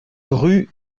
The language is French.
rue